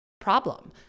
problem